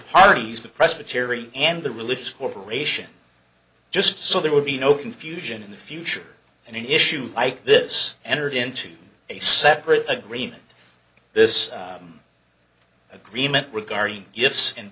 parties the presbytery and the religious corporation just so there would be no confusion in the future and an issue like this entered into a separate agreement this agreement regarding gifts and